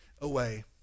away